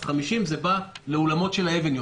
אז 50 מתייחס לאולמות של "אבניו".